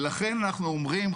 ולכן אנחנו אומרים,